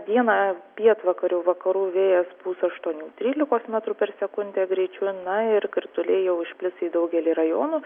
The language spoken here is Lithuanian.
dieną pietvakarių vakarų vėjas pūs aštuonių trylikos metrų per sekundę greičiu na ir krituliai jau išplis į daugelį rajonų